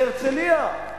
להרצלייה,